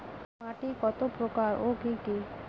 মাটি কতপ্রকার ও কি কী?